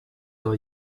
are